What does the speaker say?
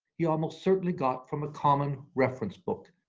he almost certainly got from a common reference book,